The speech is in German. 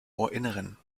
ohrinneren